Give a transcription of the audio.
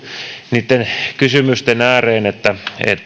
niitten kysymysten ääreen että